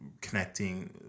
connecting